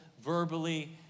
verbally